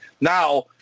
Now